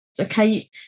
Okay